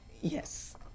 Yes